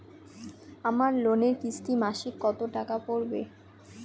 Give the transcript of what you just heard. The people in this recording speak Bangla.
আমার লোনের কিস্তি মাসিক কত টাকা পড়বে?